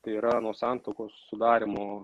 tai yra nuo santuokos sudarymo